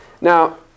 Now